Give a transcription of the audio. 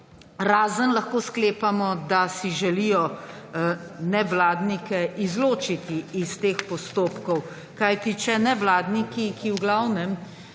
lahko le sklepamo, da si želijo nevladnike izločiti iz teh postopkov. Če nevladniki, ki v glavnem